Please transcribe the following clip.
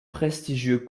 prestigieux